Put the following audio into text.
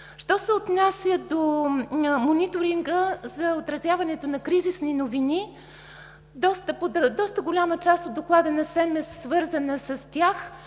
Що се отнася до мониторинга за отразяването на кризисни новини, доста голяма част от Доклада на СЕМ е свързана с тях.